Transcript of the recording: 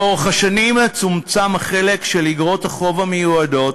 לאורך השנים צומצם החלק של איגרות החוב המיועדות,